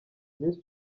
miss